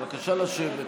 בבקשה לשבת.